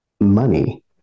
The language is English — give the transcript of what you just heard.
money